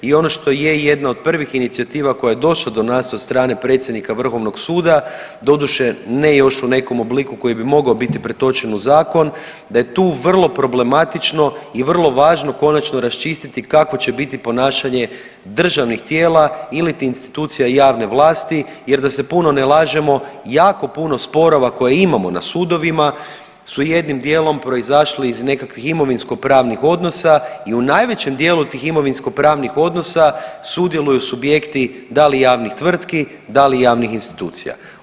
I ono što je jedna od prvih inicijativa koja je došla od nas, od strane predsjednika vrhovnog suda, doduše ne još u nekom obliku koji bi mogao biti pretočen u zakon, da je tu vrlo problematično i vrlo važno konačno raščistiti kako će biti ponašanje državnih tijela iliti institucija javne vlasti jer da se puno ne lažemo, jako puno sporova koje imamo na sudovima su jednim dijelom proizašli iz nekakvih imovinskopravnih odnosa i u najvećem dijelu tih imovinskopravnih odnosa sudjeluju subjekti da li javnih tvrtki, da li javnih institucija.